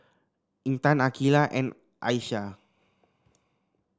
Intan Aqeelah and Aisyah